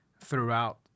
throughout